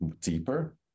deeper